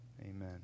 amen